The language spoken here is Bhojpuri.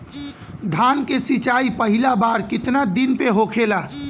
धान के सिचाई पहिला बार कितना दिन पे होखेला?